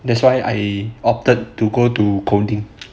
that's why I opted to go to coding